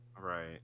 right